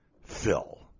Phil